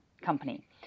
company